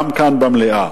גם כאן במליאה.